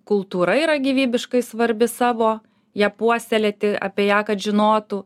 kultūra yra gyvybiškai svarbi savo ją puoselėti apie ją kad žinotų